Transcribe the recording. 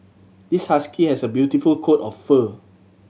this husky has a beautiful coat of fur